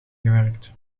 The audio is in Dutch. gewerkt